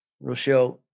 Rochelle